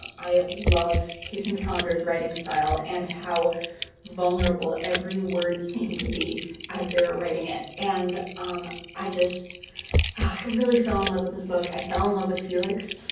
i love kacen calender's writing style and how vulnerable every word seemed to be as they were writing it. and i just really fell in love with this book. i fell in love with felix.